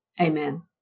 Amen